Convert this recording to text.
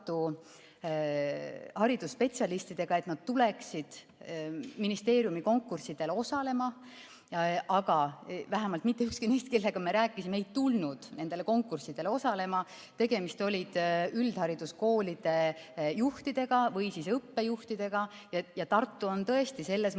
Tartu haridusspetsialistidega, et nad tuleksid ministeeriumi konkurssidel osalema, aga mitte ükski neist, kellega me rääkisime, ei tulnud nendele konkurssidele osalema. Tegemist oli üldhariduskoolide juhtidega või õppejuhtidega. Ja Tartu on tõesti selles mõttes